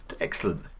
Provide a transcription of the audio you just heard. Excellent